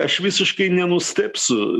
aš visiškai nenustebsiu